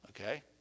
Okay